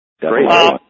Great